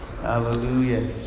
hallelujah